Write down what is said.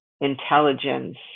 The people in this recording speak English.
intelligence